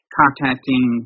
contacting